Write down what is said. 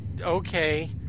okay